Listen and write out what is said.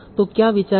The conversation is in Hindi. तो क्या विचार है